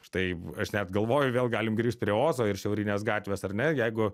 štai v aš net galvoju vėl galim grįžt prie ozo ir šiaurinės gatvės ar ne jeigu